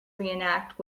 reenact